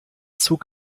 zug